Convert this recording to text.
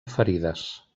ferides